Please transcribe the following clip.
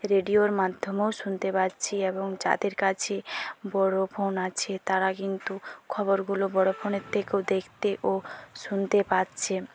রেডিওর মাধ্যমেও শুনতে পারছি এবং যাদের কাছে বড় ফোন আছে তারা কিন্তু খবরগুলো বড় ফোনে দেখতে ও শুনতে পারছে